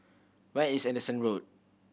where is Anderson Road